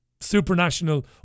Supernational